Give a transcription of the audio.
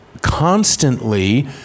constantly